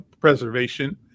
preservation